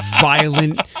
violent